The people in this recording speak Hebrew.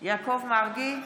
יעקב מרגי,